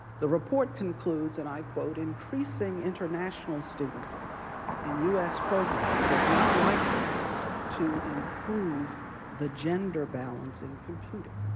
the report concludes, and i quote, increasing international students in us programs is not likely to improve the gender balance in computing.